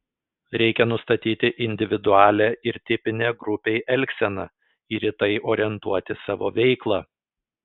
reikia nustatyti individualią ar tipinę grupei elgseną ir į tai orientuoti savo veiklą